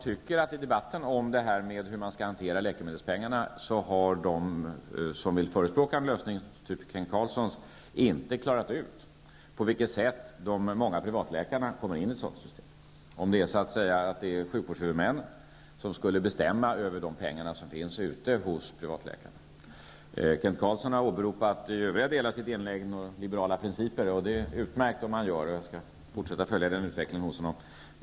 I debatten om hur man skall hantera läkemedelspengarna har de som förespråkar en lösning -- t.ex. den som Kent Carlsson förespråkar -- inte klarat ut på vilket sätt privatläkarna skall inlemmas i systemet. Skall t.ex. sjukvårdshuvudmännen bestämma över de pengar som finns ute hos privatläkarna? I sitt inlägg åberopade Kent Carlsson liberala principer. Det är utmärkt att han gör det, och jag skall följa den utvecklingen hos honom.